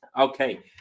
Okay